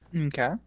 Okay